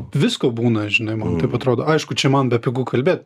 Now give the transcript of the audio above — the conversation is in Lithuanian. visko būna žinai man taip atrodo aišku čia man bepigu kalbėt